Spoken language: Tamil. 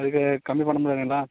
அதுக்கு கம்மி பண்ண முடியாதுங்களா